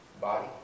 body